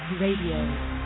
RADIO